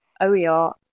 OER